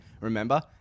remember